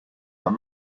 are